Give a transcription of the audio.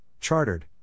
Chartered